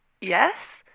Yes